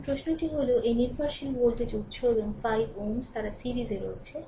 এখন প্রশ্নটি হল এই নির্ভরশীল ভোল্টেজ উত্স এবং 5 Ω তারা সিরিজে রয়েছে